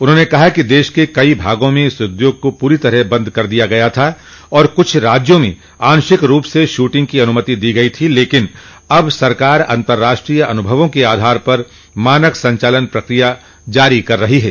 उन्होंने कहा कि देश के कई भागों में इस उद्योग को पूरी तरह बंद कर दिया गया था और कुछ राज्यों में आंशिक रूप से शूटिंग की अनुमति दी गई थी लेकिन अब सरकार अंतर्राष्ट्रीय अनुभवों के आधार पर मानक संचालन प्रक्रिया जारी कर रही है